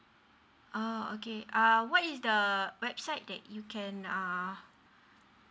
uh okay uh what is the website that you can ah